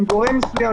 אם גורם מסוים,